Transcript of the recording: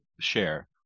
share